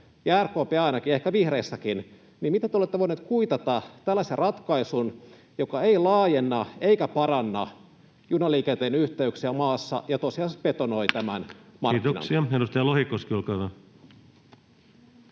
ja RKP ainakin, ehkä vihreissäkin — te olette voineet kuitata tällaisen ratkaisun, joka ei laajenna eikä paranna junaliikenteen yhteyksiä maassa ja joka tosiasiassa betonoi tämän